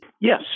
Yes